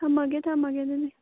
ꯊꯝꯃꯒꯦ ꯊꯝꯃꯒꯦ ꯑꯗꯨꯗꯤ